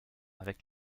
avec